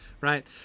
right